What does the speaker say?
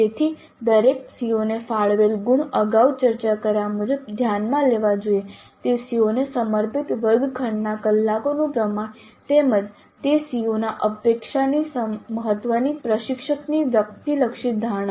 તેથી દરેક CO ને ફાળવેલ ગુણ અગાઉ ચર્ચા કર્યા મુજબ ધ્યાનમાં લેવા જોઈએ તે CO ને સમર્પિત વર્ગખંડના કલાકોનું પ્રમાણ તેમજ તે CO ના સાપેક્ષ મહત્વની પ્રશિક્ષકની વ્યક્તિલક્ષી ધારણા